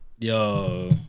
Yo